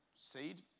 seed